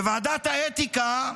בוועדת האתיקה,